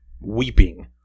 weeping